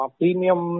premium